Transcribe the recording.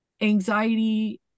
anxiety